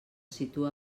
situa